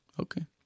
Okay